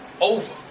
over